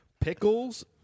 pickles